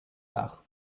arts